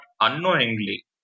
unknowingly